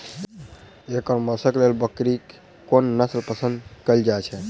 एकर मौशक लेल बकरीक कोन नसल पसंद कैल जाइ छै?